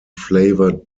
flavoured